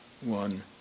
one